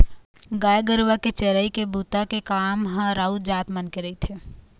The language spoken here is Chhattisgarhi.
गाय गरुवा के चरई के बूता के काम ह राउत जात मन के रहिथे